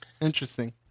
Interesting